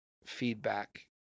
Feedback